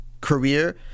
career